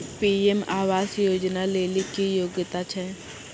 PM आवास योजना लेली की योग्यता छै?